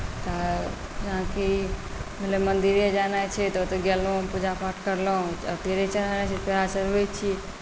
तऽ जेनाकि भेलै मन्दिरे जेनाइ छै तऽ ओतय गेलहुँ पूजापाठ करलहुँ पेड़े चढ़ेनाइ छै पेड़ा चढ़बैत छियै